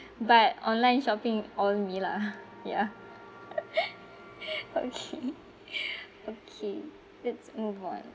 but online shopping all me lah ya okay okay let's move on